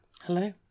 Hello